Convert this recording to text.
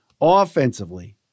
Offensively